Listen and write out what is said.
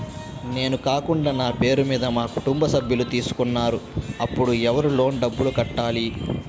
నేను కాకుండా నా పేరు మీద మా కుటుంబ సభ్యులు తీసుకున్నారు అప్పుడు ఎవరు లోన్ డబ్బులు కట్టాలి?